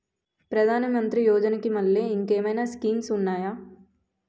ప్రధాన మంత్రి యోజన కి మల్లె ఇంకేమైనా స్కీమ్స్ ఉన్నాయా?